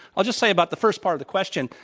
i'll just say about the first part of the question,